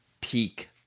peak